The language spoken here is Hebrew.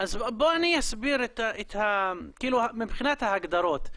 מבחינת ההגדרות.